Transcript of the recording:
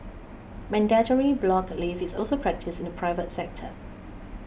mandatory block leave is also practised in private sector